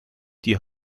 die